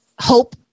hope